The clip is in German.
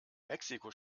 mexiko